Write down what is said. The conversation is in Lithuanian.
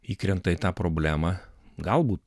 įkrenta į tą problemą galbūt